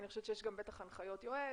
אני חושבת שיש גם הנחיות יועץ.